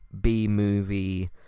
B-movie